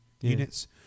units